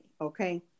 okay